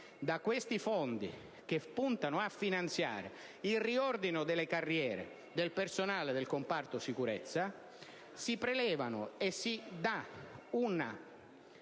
da questi fondi, che puntano a finanziare il riordino delle carriere del personale del comparto sicurezza, e si dà un